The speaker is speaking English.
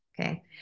okay